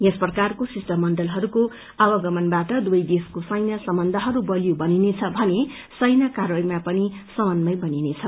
यस प्रकारको शिष्टमंडलहरूको आवागमनवाट दुवै देशको सैन्य सम्बन्धहरू वलियो बनिनेछ भने सैन्य कारवाहीमा पनि समन्वय वढदछ